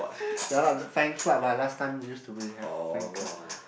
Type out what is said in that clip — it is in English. ya lah the fan club lah last time used to be have fan club